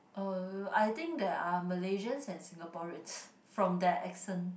err I think they are Malaysians and Singaporeans from their accent